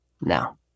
Now